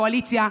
קואליציה,